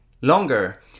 longer